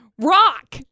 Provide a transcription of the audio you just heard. rock